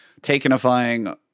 takenifying